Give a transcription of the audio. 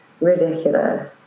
ridiculous